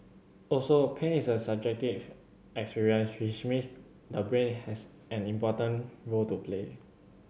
also pain is a subjective experience which means the brain has an important role to play